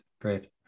great